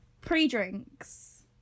pre-drinks